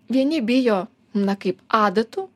vieni bijo na kaip adatų